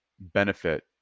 benefit